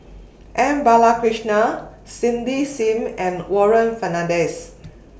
M Balakrishnan Cindy SIM and Warren Fernandez